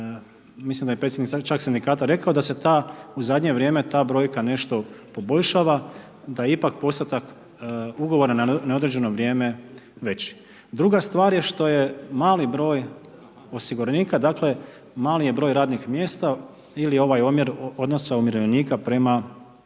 mislim da je čak predsjednik sindikata rekao da se u zadnje vrijeme ta brojka nešto poboljšava, da ipak je postotak ugovora na neodređeno vrijeme veći. Druga stvar je što je mali broj osiguranika, dakle mali je broj radnih mjesta ili ovaj omjer umirovljenika prema radnicima.